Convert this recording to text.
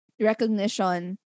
recognition